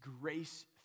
grace